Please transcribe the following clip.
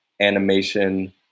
animation